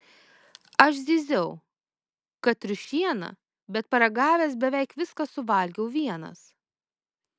aš zyziau kad triušiena bet paragavęs beveik viską suvalgiau vienas